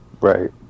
Right